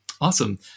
Awesome